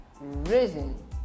risen